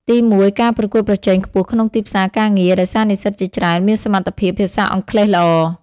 ទីមួយ ការប្រកួតប្រជែងខ្ពស់ក្នុងទីផ្សារការងារ ដោយសារនិស្សិតជាច្រើនមានសមត្ថភាពភាសាអង់គ្លេសល្អ។